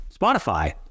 Spotify